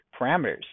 parameters